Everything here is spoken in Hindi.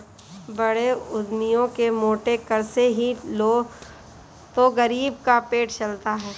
बड़े उद्यमियों के मोटे कर से ही तो गरीब का पेट पलता है